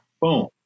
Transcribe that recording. Boom